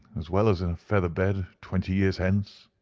as well as in a feather bed, twenty years hence,